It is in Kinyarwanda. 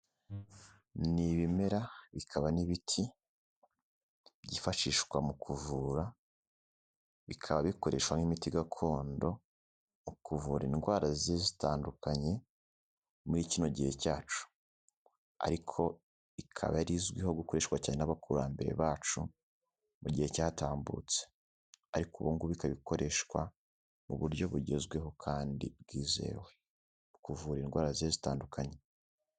Ni ibimera, bikaba n'ibiti byifashishwa mu kuvura, bikaba bikoreshwa nk'imiti gakondo mu kuvura indwara zigiye zitandukanye muri kino gihe cyacu. Ariko ikaba yari izwiho gukoreshwa cyane n'abakurambere bacu mu gihe cyatambutse. Ariko ubu ngubu ikaba ikoreshwa mu buryo bugezweho kandi bwizewe, mu kuvura indwara zigiye zitandukanye.